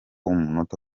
umunota